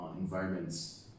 environments